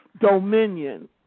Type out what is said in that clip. Dominion